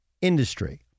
industry